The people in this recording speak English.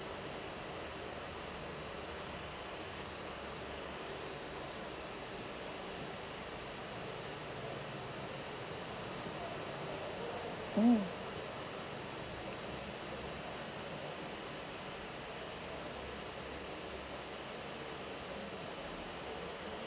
mm